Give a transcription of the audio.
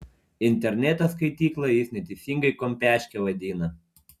interneto skaityklą jis neteisingai kompiaške vadina